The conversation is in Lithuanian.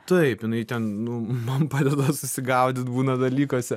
taip jinai ten nu man padeda susigaudyt būna dalykuose